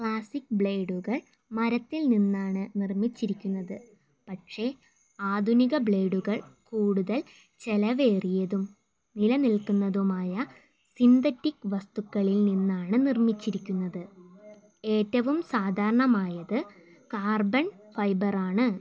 classic ബ്ലേഡുകൾ മരത്തിൽ നിന്നാണ് നിർമ്മിച്ചിരുന്നത് പക്ഷേ ആധുനിക ബ്ലേഡുകൾ കൂടുതൽ ചിലവേറിയതും നിലനിൽക്കുന്നതുമായ സിന്തറ്റിക് വസ്തുക്കളിൽ നിന്നാണ് നിർമ്മിച്ചിരിക്കുന്നത് ഏറ്റവും സാധാരണമായത് കാർബൺ ഫൈബറാണ്